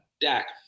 Dak